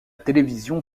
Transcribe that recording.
télévision